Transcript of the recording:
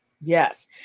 Yes